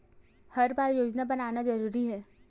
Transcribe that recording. हर बार योजना बनाना जरूरी है?